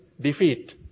defeat